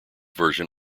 version